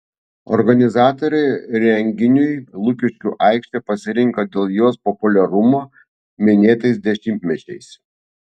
organizatoriai renginiui lukiškių aikštę pasirinko dėl jos populiarumo minėtais dešimtmečiais